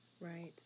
Right